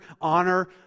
Honor